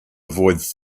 avoid